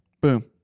Boom